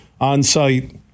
on-site